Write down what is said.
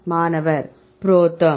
மாணவர் புரோதெர்ம்